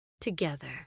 together